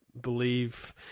believe